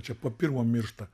čia po pirmo miršta